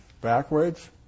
backwards